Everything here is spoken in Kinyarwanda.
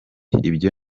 ibyo